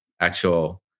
actual